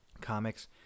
comics